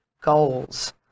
goals